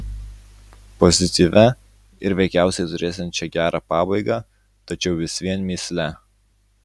pozityvia ir veikiausia turėsiančia gerą pabaigą tačiau vis vien mįsle